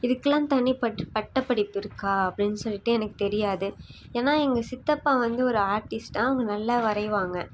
இதுக்கு எல்லாம் தனி பட்டப்படிப்பு இருக்கா அப்படின் சொல்லிவிட்டு எனக்கு தெரியாது ஆனால் எங்கள் சித்தப்பா வந்து ஒரு ஆர்ட்டிஸ்ட் தான் அவங்க நல்லா வரைவாங்க